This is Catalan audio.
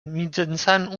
mitjançant